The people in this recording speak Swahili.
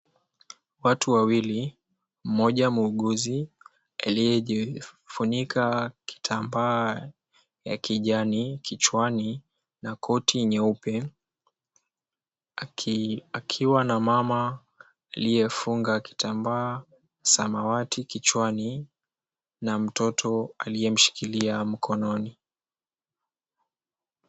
Watu wawili, mmoja muuguzi aliyejifunika kitambaa ya kijani kichwani na koti nyeupe. Akiwa na mama aliyefunga kitambaa samawati kichwani na mtoto aliyemshikilia mkononi.